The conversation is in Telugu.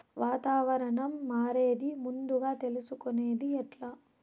వాతావరణం మారేది ముందుగా తెలుసుకొనేది ఎట్లా?